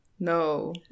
no